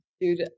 Dude